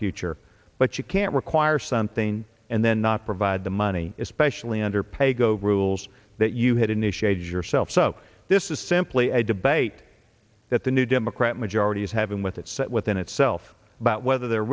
future but you can't require something and then not provide the money especially under paygo rules that you had initiated yourself so this is simply a debate that the new democrat majority is having with its set within itself about whether they're